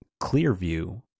Clearview